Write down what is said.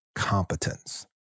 Competence